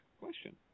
Question